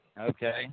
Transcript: Okay